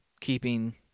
keeping